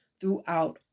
throughout